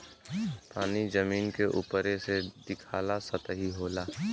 पानी जमीन के उपरे से दिखाला सतही होला